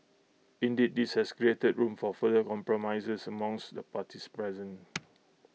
indeed this has created room for further compromises amongst the parties present